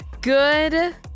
Good